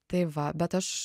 tai va bet aš